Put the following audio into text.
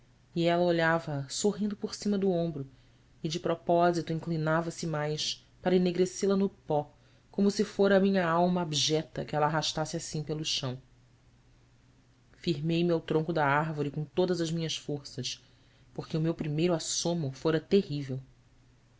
e ela olhava a sorrindo por cima do ombro e de propósito inclinava-se mais para enegrecê la no pó como se fora a minha alma abjeta que ela arrastasse assim pelo chão firmei me ao tronco da árvore com todas as minhas forças porque o meu primeiro assomo fora terrível